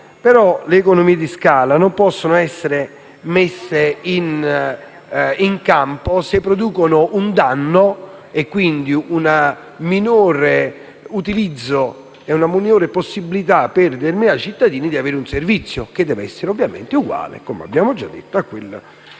Le economie di scala, però, non possono essere messe in campo se producono un danno e quindi una minore possibilità per determinati cittadini di usufruire di un servizio che deve essere ovviamente uguale, come abbiamo già detto, a quello